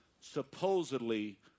supposedly